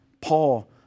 Paul